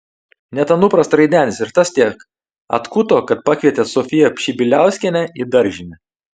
net anupras traidenis ir tas tiek atkuto kad pakvietė sofiją pšibiliauskienę į daržinę